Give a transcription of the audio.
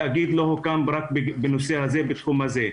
התאגיד לא הוקם רק בנושא הזה, בתחום הזה.